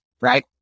right